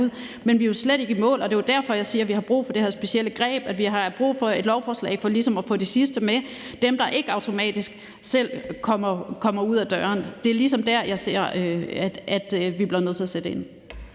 Men vi er jo slet ikke i mål, og det er jo derfor, jeg siger, at vi har brug for det her specielle greb, og at vi har brug for et lovforslag for ligesom at få de sidste med, altså dem, der ikke automatisk selv kommer ud ad døren. Det er ligesom der, jeg ser at vi bliver nødt til at sætte ind.